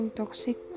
toxic